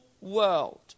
world